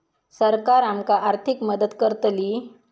सरकार आमका आर्थिक मदत करतली?